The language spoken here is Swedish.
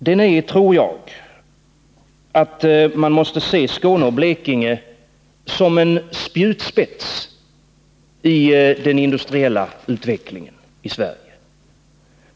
Detär, tror jag, att man måste se Skåne och Blekinge som en spjutspetsi den industriella utvecklingen i Sverige.